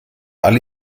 alle